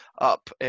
up